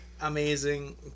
amazing